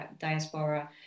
diaspora